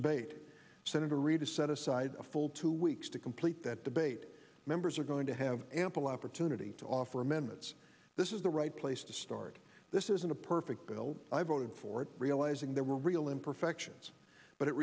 debate senator reid to set aside a full two weeks to complete that debate members are going to have ample opportunity to offer amendments this is the right place to start this isn't a perfect bill i voted for it realizing there were real imperfections but it